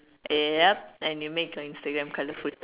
yup and it makes your Instagram colourful